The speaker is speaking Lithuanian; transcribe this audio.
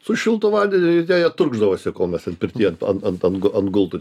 su šiltu vandeniu ir ten jie turkšdavosi kol mes ten pirtyje an an an ant gulto ten